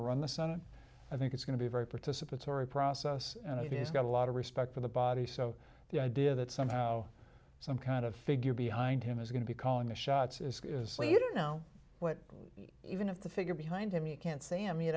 to run the sun i think it's going to be very participatory process and he has got a lot of respect for the body so the idea that somehow some kind of figure behind him is going to be calling the shots you don't know what even if the figure behind him you can't say i mean i